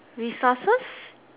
resources